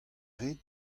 rit